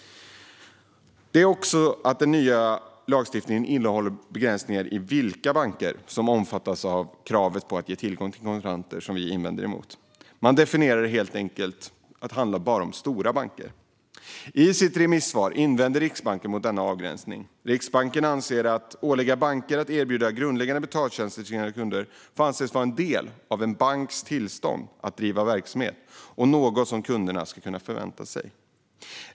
Den nya lagstiftningen innehåller också begränsningar av vilka banker som omfattas av kravet på att ge tillgång till kontanter. Det invänder vi emot. Man definierar det helt enkelt som att det bara handlar om "stora" banker. I sitt remissvar invänder Riksbanken mot denna avgränsning. Att banker åläggs att erbjuda grundläggande betaltjänster till sina kunder får anses vara en del av en banks tillstånd att driva verksamhet och något som kunderna ska kunna förvänta sig, anser Riksbanken.